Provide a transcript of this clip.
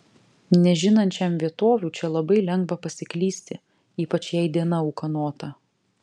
nežinančiam vietovių čia labai lengva pasiklysti ypač jei diena ūkanota